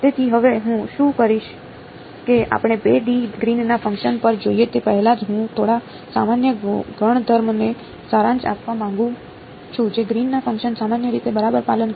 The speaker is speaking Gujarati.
તેથી હવે હું શું કરીશ કે આપણે 2 ડી ગ્રીનના ફંકશન પર જઈએ તે પહેલાં હું થોડા સામાન્ય ગુણધર્મોને સારાંશ આપવા માંગુ છું જે ગ્રીનના ફંકશન સામાન્ય રીતે બરાબર પાલન કરે છે